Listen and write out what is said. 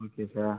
okay sir